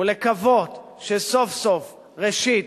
ולקוות שסוף-סוף, ראשית,